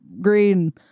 green